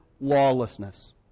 lawlessness